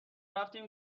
رفتیم